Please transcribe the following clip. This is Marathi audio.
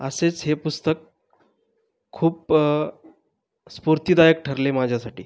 असेच हे पुस्तक खूप स्फूर्तीदायक ठरले माझ्यासाठी